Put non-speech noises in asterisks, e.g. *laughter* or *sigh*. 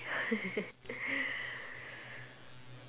*laughs*